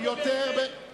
זה בשביל אנשי מפלגת העבודה.